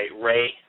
Ray